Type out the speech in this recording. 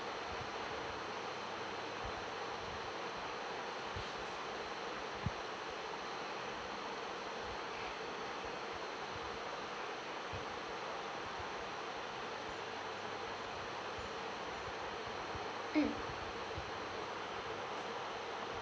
mm